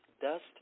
dust